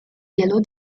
yellow